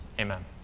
Amen